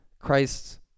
Christ's